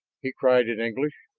he cried in english.